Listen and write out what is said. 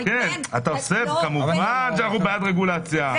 כמובן אנחנו בעד רגולציה,